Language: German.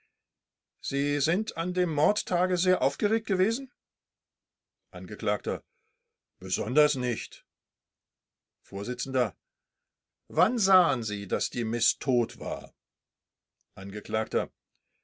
sie sind an dem mordtage sehr aufgeregt gewesen angekl besonders nicht vors wann sahen sie daß die miß tot war